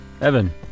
Evan